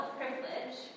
privilege